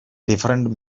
different